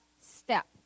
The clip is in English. step